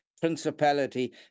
principality